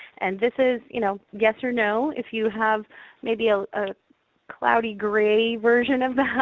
and this is you know yes or no. if you have maybe a cloudy, grey version of that,